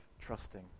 trusting